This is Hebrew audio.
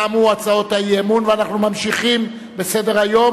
תמו הצעות האי-אמון ואנחנו ממשיכים בסדר-היום.